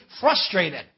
frustrated